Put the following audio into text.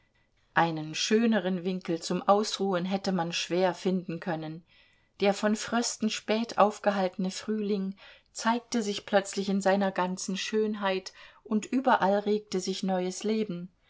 einen schöneren winkel zum ausruhen hätte man schwer finden können der von frösten spät aufgehaltene frühling zeigte sich plötzlich in seiner ganzen schönheit und überall regte sich neues leben